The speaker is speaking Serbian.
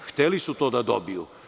Hteli su to da dobiju.